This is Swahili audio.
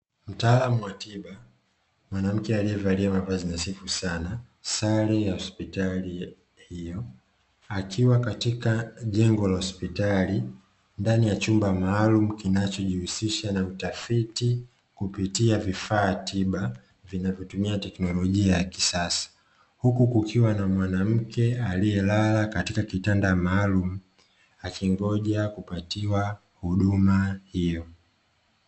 Mtaalamu wa tiba, mwanamke aliyevalia mavazi nadhifu sana, Sare ya hospitali hiyo akiwa katika jengo la hospitali ndani ya chumba maalumu kinachojihusisha na utafiti kupitia vifaa tiba vinavyotumia teknolojia ya kisasa, Huku kukiwa na mwanamke aliyelala katika kitanda maalum akingoja kupatiwa huduma hiyo.